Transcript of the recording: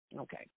Okay